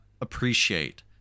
appreciate